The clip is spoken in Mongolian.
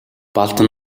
балдан